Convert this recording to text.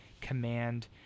command